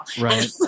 Right